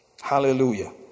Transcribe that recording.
Hallelujah